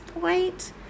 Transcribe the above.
point